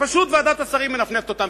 שפשוט ועדת השרים מנפנפת אותן.